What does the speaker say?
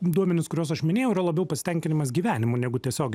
duomenys kuriuos aš minėjau yra labiau pasitenkinimas gyvenimu negu tiesiog